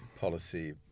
policy